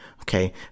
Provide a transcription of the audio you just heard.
okay